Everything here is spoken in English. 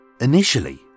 Initially